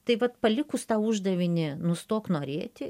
tai vat palikus tą uždavinį nustok norėti